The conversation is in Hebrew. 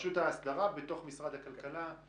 מרשות ההסדרה בתוך משארד הכלכלה.